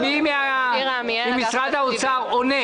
מי ממשרד האוצר עונה?